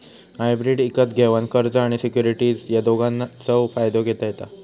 hybrid इकत घेवान कर्ज आणि सिक्युरिटीज या दोघांचव फायदो घेता येता